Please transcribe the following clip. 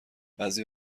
بعضی